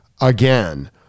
again